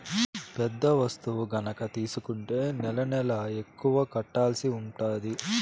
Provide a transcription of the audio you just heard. పెద్ద వస్తువు గనక తీసుకుంటే నెలనెలకు ఎక్కువ కట్టాల్సి ఉంటది